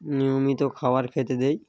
নিয়মিত খাবার খেতে দিই